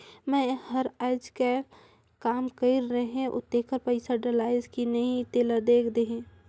मै हर अईचकायल काम कइर रहें तेकर पइसा डलाईस कि नहीं तेला देख देहे?